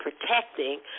protecting